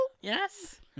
yes